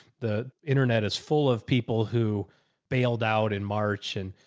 the internet is full of people who bailed out in march and,